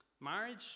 marriage